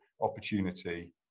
opportunity